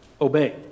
Obey